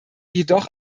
jedoch